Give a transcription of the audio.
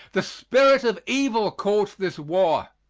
the spirit of evil caused this war,